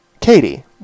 Katie